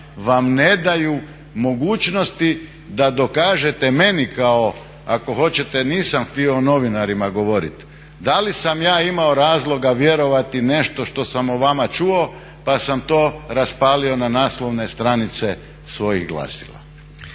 vam ne daju mogućnosti da dokažete meni kao, ako hoćete nisam htio o novinarima govoriti, da li sam ja imao razloga vjerovati nešto što sam o vama čuo pa sam to raspalio na naslovne stranice svojih glasila.